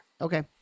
Okay